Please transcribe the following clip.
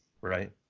right